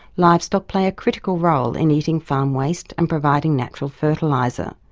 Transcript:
livestock play a critical role in eating farm waste and providing natural fertiliser.